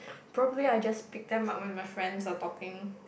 probably I just picked them up when my friends were talking